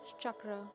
chakra